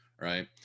right